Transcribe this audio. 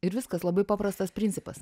ir viskas labai paprastas principas